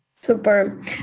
super